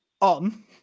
on